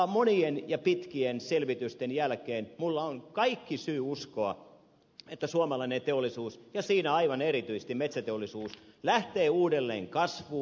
monien ja pitkien selvitysten jälkeen minulla on kaikki syy uskoa että suomalainen teollisuus ja siinä aivan erityisesti metsäteollisuus lähtee uudelleen kasvuun